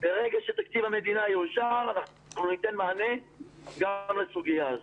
שתקציב המדינה יאושר אנחנו ניתן מענה גם לסוגיה הזאת.